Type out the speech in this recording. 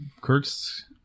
Kirk's